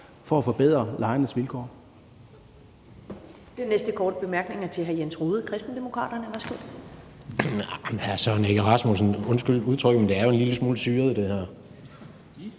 for at forbedre lejernes vilkår.